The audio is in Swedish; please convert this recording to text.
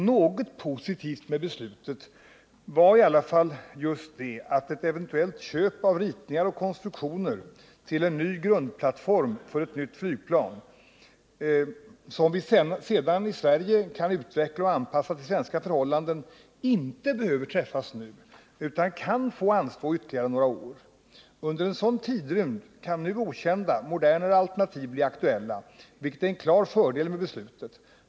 Något positivt med beslutet var i alla fall att ett eventuellt köp av ritningar och konstruktioner till en grundplattform för ett nytt flygplan, som vi sedan i Sverige kan utveckla och anpassa till svenska förhållanden, inte innebär att ett avgörande behöver träffas nu utan kan få anstå ytterligare några år. Under en sådan tidrymd kan nu okända, modernare alternativ bli aktuella, vilket är en klar fördel med beslutet.